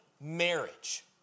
marriage